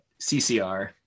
CCR